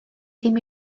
ddim